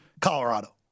Colorado